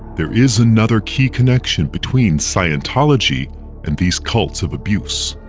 there is another key connection between scientology and these cults of abuse.